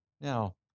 Now